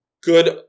good